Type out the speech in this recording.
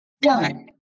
Done